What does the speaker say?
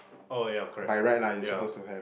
oh yeah correct correct yeah